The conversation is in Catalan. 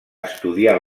estudià